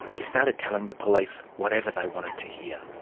he started telling the police whatever they wanted to hear.